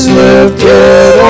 lifted